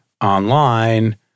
online